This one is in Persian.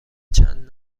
چند